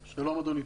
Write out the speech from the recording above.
שלום, אדוני.